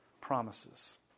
promises